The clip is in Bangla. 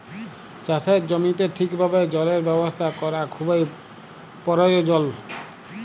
চাষের জমিতে ঠিকভাবে জলের ব্যবস্থা ক্যরা খুবই পরয়োজল